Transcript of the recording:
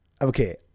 okay